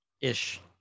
ish